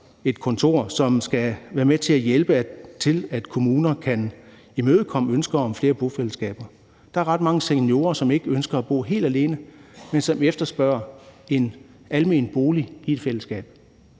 et kontor, som skal være med til at hjælpe med, at kommuner kan imødekomme ønsker om flere bofællesskaber. Der er ret mange seniorer, som ikke ønsker at bo helt alene, men som efterspørger en almen bolig i et bofællesskab.